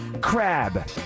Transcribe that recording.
Crab